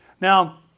Now